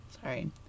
sorry